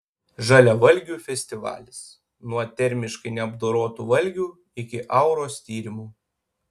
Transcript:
žaliavalgių festivalis nuo termiškai neapdorotų valgių iki auros tyrimų